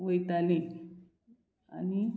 वयताली आनी